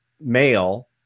male